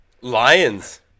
Lions